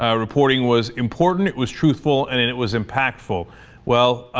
ah reporting was important it was truthful and and it was impactful well